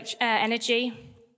energy